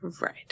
Right